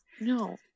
no